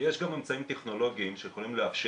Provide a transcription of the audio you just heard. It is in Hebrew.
יש גם אמצעים טכנולוגיים שיכולים לאפשר